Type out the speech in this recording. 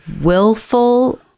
willful